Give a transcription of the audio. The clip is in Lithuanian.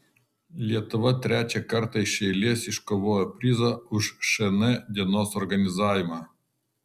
lietuva trečią kartą iš eilės iškovojo prizą už šn dienos organizavimą